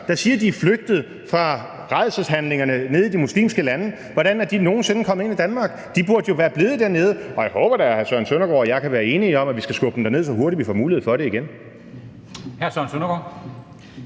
der siger, at de er flygtet fra rædselshandlingerne nede i de muslimske lande, nogen sinde kommet ind i Danmark? De burde jo være blevet dernede. Og jeg håber da, at hr. Søren Søndergaard og jeg kan være enige om, at vi skal skubbe dem derned igen, så hurtigt vi får mulighed for det. Kl. 13:29 Formanden